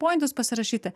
pointus pasirašyti